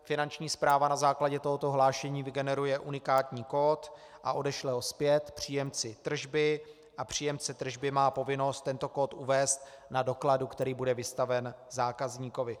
Finanční správa na základě tohoto hlášení vygeneruje unikátní kód a odešle ho zpět příjemci tržby a příjemce tržby má povinnost tento kód uvést na dokladu, který bude vystaven zákazníkovi.